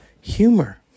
humor